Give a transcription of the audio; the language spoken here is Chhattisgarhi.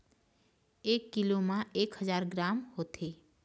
एक कीलो म एक हजार ग्राम होथे